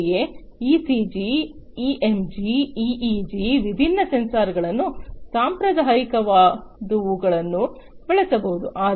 ಅಂತೆಯೇ ECG EMG EEG ವಿಭಿನ್ನ ಸೆನ್ಸರ್ಗಳನ್ನು ಸಾಂಪ್ರದಾಯಿಕವಾದವುಗಳನ್ನು ಬಳಸಬಹುದು